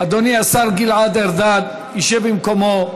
אדוני השר גלעד ארדן ישב במקומו.